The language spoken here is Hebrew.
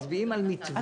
מצביעים על מתווה.